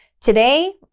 Today